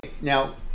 Now